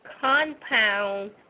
compound